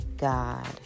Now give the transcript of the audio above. god